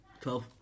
Twelve